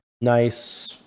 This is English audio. nice